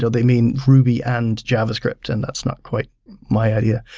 so they mean ruby and javascript, and that's not quite my idea.